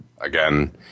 again